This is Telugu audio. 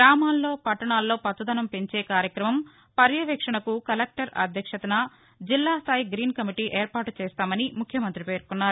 గ్రామాల్లో పట్టణాల్లో పచ్చదనం పెంచే కార్యక్రమం పర్యవేక్షణకు కలెక్టర్ అధ్యక్షతన జిల్లా స్దాయి గ్రీన్ కమిటీ ఏర్పాటు చేస్తామని ముఖ్యమంాతి పేర్కొన్నారు